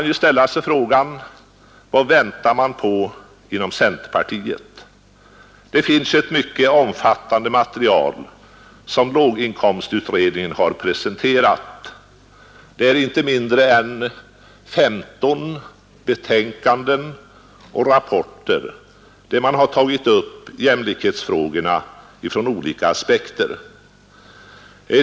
Vad väntar man på inom centerpartiet? Det finns ju ett mycket omfattande material, som låginkomstutredningen har presenterat. Det är inte mindre än 15 betänkanden och rapporter, där man har tagit upp jämlikhetsfrågorna från olika aspekter.